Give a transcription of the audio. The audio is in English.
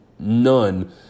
None